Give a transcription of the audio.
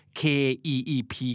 keep